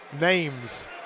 names